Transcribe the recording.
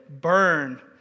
burn